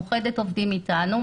מאוחדת עובדים איתנו,